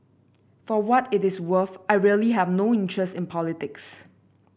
for what it is worth I really have no interest in politics